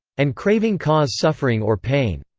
and craving cause suffering or pain.